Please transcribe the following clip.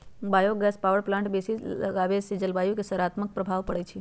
bio gas power plant बेशी लगाबेसे जलवायु पर सकारात्मक प्रभाव पड़इ छै